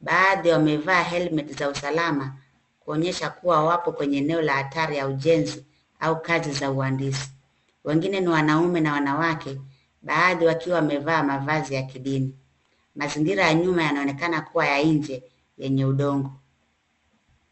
Baadhi wamevaa helmet za usalama kuonyesha kuwa wapo kwenye eneo la hatari ya ujenzi au kazi za uandisi. Wengine ni wanaume na wanawake, baadhi wakiwa wamevaa mavazi ya kidini. Mazingira ya nyuma yanaonekana kuwa ya nje, yenye udongo.